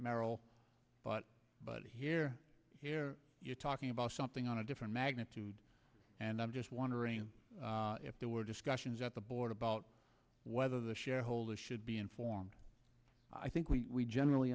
merrill but but here you're talking about something on a different magnitude and i'm just wondering if there were discussions at the board about whether the shareholders should be informed i think we generally